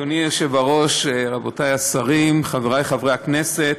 אדוני היושב-ראש, רבותי השרים, חברי חברי הכנסת,